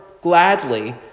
gladly